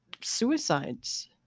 suicides